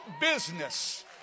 business